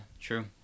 true